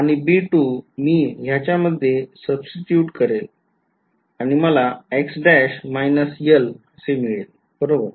आणि मी ह्याच्या मध्ये सब्स्टिट्युट करेल आणि मला असे मिळेल बरोबर